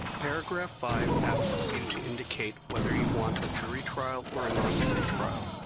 paragraph five asks you to indicate whether you want a jury trial or a non-jury trial.